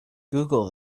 google